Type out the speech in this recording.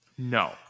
No